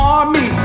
Army